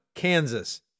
Kansas